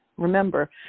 Remember